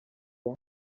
fila